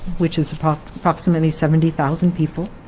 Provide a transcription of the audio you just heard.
which is approximately seventy thousand people,